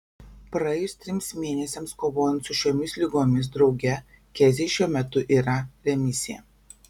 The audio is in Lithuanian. praėjus trims mėnesiams kovojant su šiomis ligomis drauge keziai šiuo metu yra remisija